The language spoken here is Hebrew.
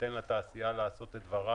ניתן לתעשייה לעשות את שלה,